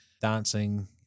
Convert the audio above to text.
dancing